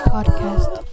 Podcast